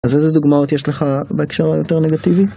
אז איזה דוגמאות יש לך בהקשר היותר נגטיבי?